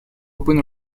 open